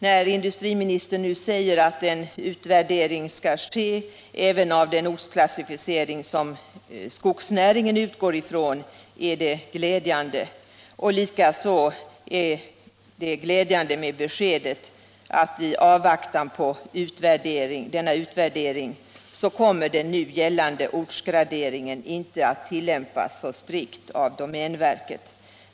När industriministern nu säger att en utvärdering skall komma till stånd även av den ortsklassificering som skogsnäringen utgår från är det glädjande, och likaså är det glädjande att få beskedet att i avvaktan på denna utvärdering kommer den nu gällande ortsgraderingen inte att tillämpas så strikt av domänverket.